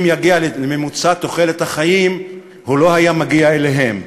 אם יגיע לממוצע תוחלת החיים, לא היה מגיע אליו: